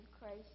Christ